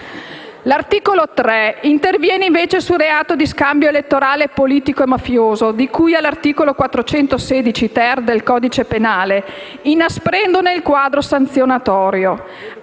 L'articolo 3 interviene invece sul reato di scambio elettorale politico-mafioso, di cui all'articolo 416-*ter* del codice penale, inasprendone il quadro sanzionatorio.